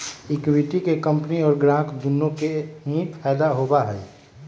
equity के company और ग्राहक दुन्नो के ही फायद दा होबा हई